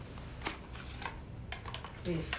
wait